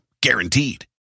guaranteed